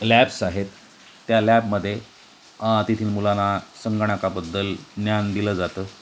labs आहेत त्या लॅबमध्ये तेथील मुलांना संगणकाबद्दल ज्ञान दिलं जातं